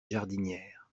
jardinières